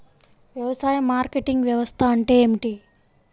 వ్యవసాయ మార్కెటింగ్ వ్యవస్థ అంటే ఏమిటి?